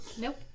Nope